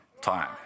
time